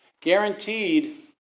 Guaranteed